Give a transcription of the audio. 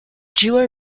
duo